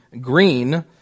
Green